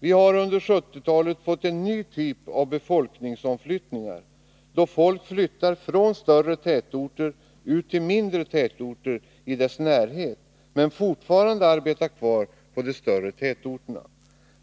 Vi har under 1970-talet fått en ny typ av befolkningsomflyttningar, då folk flyttar från större tätorter till mindre tätorter i närheten men fortfarande arbetar kvar i de större tätorterna.